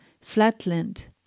flatland